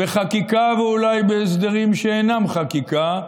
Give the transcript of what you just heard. בחקיקה, ואולי בהסדרים שאינם חקיקה,